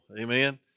amen